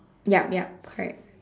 yup yup correct